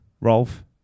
Rolf